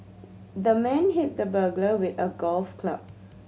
the man hit the burglar with a golf club